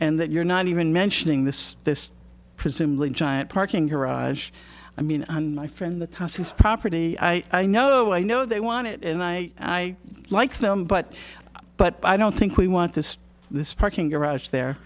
and that you're not even mentioning this this presumably giant parking garage i mean my friend has his property i know i know they want it and i like them but but i don't think we want this this parking garage there